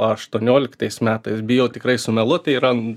aštuonioliktais metais bijau tikrai sumeluot